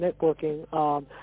networking